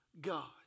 God